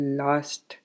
last